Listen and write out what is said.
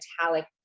metallic